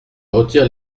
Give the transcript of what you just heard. retire